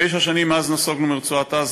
תשע שנים מאז נסוגונו מרצועת-עזה,